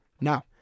Now